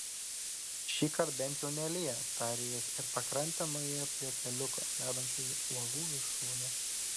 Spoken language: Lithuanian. šįkart bent jau nelyja tarė jis ir pakrante nuėjo prie keliuko vedančio į uolų viršūnę